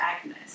Agnes